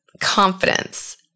confidence